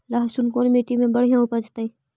लहसुन कोन मट्टी मे बढ़िया उपजतै?